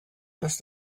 dass